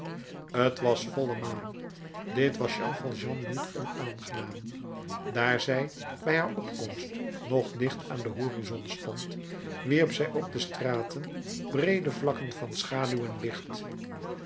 t was volle maan dit was jean valjean niet onaangenaam daar zij bij haar opkomst nog dicht aan den horizon stond wierp zij op de straten breede vakken van schaduw en licht